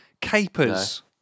Capers